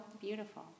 beautiful